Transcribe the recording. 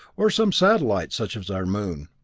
or some satellites such as our moon.